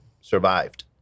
survived